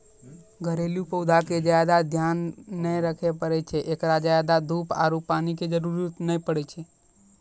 घरेलू पौधा के ज्यादा ध्यान नै रखे पड़ै छै, एकरा ज्यादा धूप आरु पानी के जरुरत नै पड़ै छै